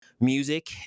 music